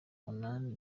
munani